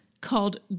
called